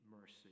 mercy